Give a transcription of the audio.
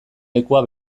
lekua